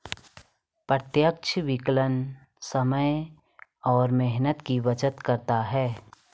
प्रत्यक्ष विकलन समय और मेहनत की बचत करता है